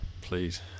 Please